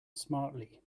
smartly